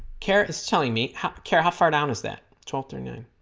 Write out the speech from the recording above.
kara is telling me how care how far down is that twelve to noon